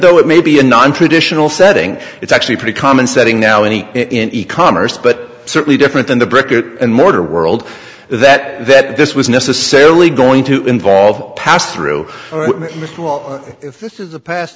though it may be a nontraditional setting it's actually pretty common setting now any in e commerce but certainly different than the brick and mortar world that this was necessarily going to involve passthrough well if this is a pass